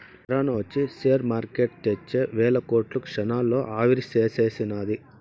corona ఒచ్చి share market తెచ్చే వేల కోట్లు క్షణాల్లో ఆవిరిసేసినాది